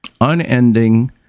Unending